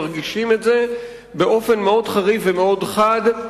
מרגישים את זה באופן מאוד חריף ומאוד חד.